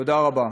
תודה רבה.